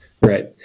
Right